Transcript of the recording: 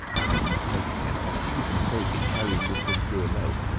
i made a mistake, kemp, a huge mistake, in carrying this thing through alone.